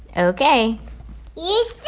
ok here's the